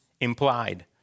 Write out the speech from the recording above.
implied